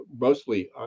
mostly